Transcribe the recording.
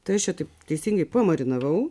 tai aš ją taip teisingai pamarinavau